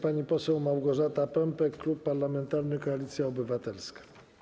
Pani poseł Małgorzata Pępek, Klub Parlamentarny Koalicja Obywatelska.